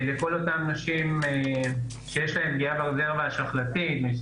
לכל אותן נשים שיש להן פגיעה ברזרבה השחלתית מכל מיני